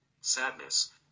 Sadness